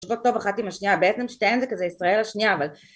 נראות טוב אחת עם השנייה בעצם שתיהן זה כזה ישראל השנייה אבל